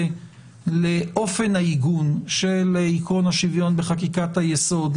על אופן העיגון של עקרון השוויון בחקיקת היסוד,